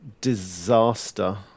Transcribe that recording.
disaster